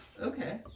Okay